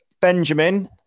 Benjamin